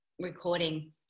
recording